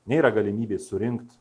nėra galimybės surinkt